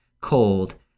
cold